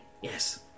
Yes